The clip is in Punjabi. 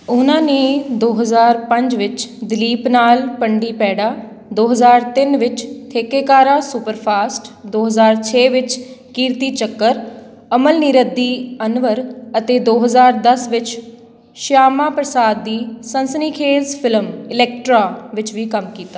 ਉਨ੍ਹਾਂ ਨੇ ਦੋ ਹਜ਼ਾਰ ਪੰਜ ਵਿੱਚ ਦਿਲੀਪ ਨਾਲ ਪੰਡੀਪੈਡਾ ਦੋ ਹਜ਼ਾਰ ਤਿੰਨ ਵਿੱਚ ਥੇਕੇਕਾਰਾ ਸੁਪਰਫਾਸਟ ਦੋ ਹਜ਼ਾਰ ਛੇ ਵਿੱਚ ਕੀਰਤੀਚੱਕਰ ਅਮਲ ਨੀਰਦ ਦੀ ਅਨਵਰ ਅਤੇ ਦੋ ਹਜ਼ਾਰ ਦਸ ਵਿੱਚ ਸ਼ਿਆਮਾ ਪ੍ਰਸਾਦ ਦੀ ਸਨਸਨੀਖੇਜ਼ ਫਿਲਮ ਇਲੈਕਟ੍ਰਾ ਵਿੱਚ ਵੀ ਕੰਮ ਕੀਤਾ